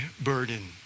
burden